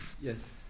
Yes